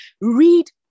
read